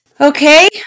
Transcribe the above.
Okay